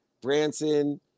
Branson